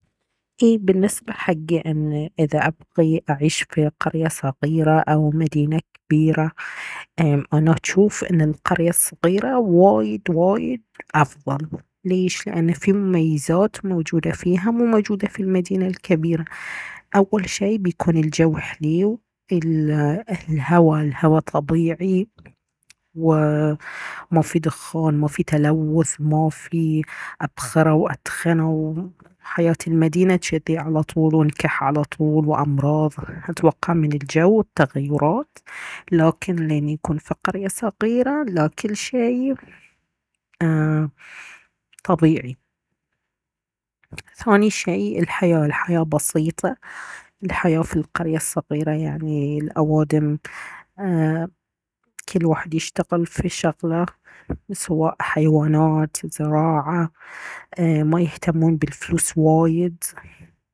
اي بالنسبة حق ان اذا ابغي اعيش في قرية صغيرة او مدينة كبيرة انا اشوف ان القرية الصغيرة وايد وايد افضل ليش لان في مميزات موجودة فيها مو موجودة في المدينة الكبيرة اول شي بيكون الجو حليو الهوا الهوا طبيعي وما فيه دخان ما فيه تلوث ما فيه ابخرة وادخنة وحياة المدينة جذي على طول ونكح على طول وامراض اتوقع من الجو والتغيرات لكن لين يكون في قرية صغيرة لا كل شي ايه طبيعي ثاني شي الحياة الحياة بسيطة الحياة في القرية الصغيرة يعني الأوادم ايه كل واحد يشتغل في شغله سواء حيوانات زراعة ايه ما يهتمون بالفلوس وايد